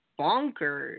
bonkers